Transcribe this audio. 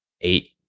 eight